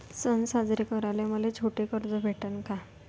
सन साजरे कराले मले छोट कर्ज भेटन का?